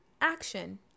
action